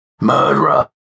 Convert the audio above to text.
Murderer